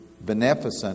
beneficent